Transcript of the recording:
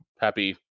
Happy